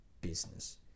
business